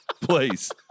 please